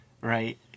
right